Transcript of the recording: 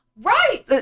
Right